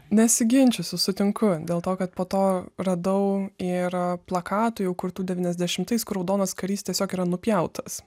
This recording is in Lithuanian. nesiginčysiu sutinku dėl to kad po to radau ir plakatų jau kurtų devyniasdešimtais kur raudonas karys tiesiog yra nupjautas